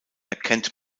erkennt